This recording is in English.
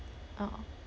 (uh huh)